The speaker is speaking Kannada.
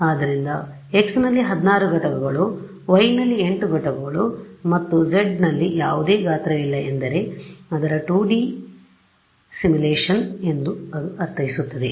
ಆದ್ದರಿಂದ ಎಕ್ಸ್ ನಲ್ಲಿ 16 ಘಟಕಗಳು ವೈ ನಲ್ಲಿ 8 ಘಟಕಗಳು ಮತ್ತು ಜೆಡ್ ನಲ್ಲಿ ಯಾವುದೇ ಗಾತ್ರವಿಲ್ಲ ಎಂದರೆ ಅದರ 2ಡಿ ಸಿಮ್ಯುಲೇಶನ್ ಎಂದು ಅದು ಅರ್ಥೈಸುತ್ತದೆ